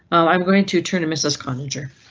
i'm going to turn to mrs. conjure.